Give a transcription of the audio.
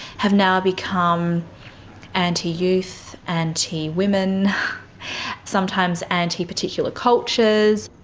have now become anti-youth, anti-women, sometimes anti particular cultures.